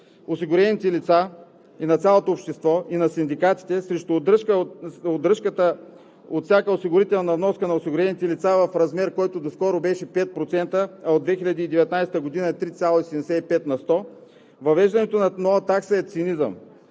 осигурените лица, на цялото общество и на синдикатите срещу удръжката от всяка осигурителна вноска на осигурените лица в размер, който доскоро беше 5%, а от 2019 г. е 3,75 на сто, въвеждането на нова такса е цинизъм.